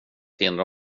hindra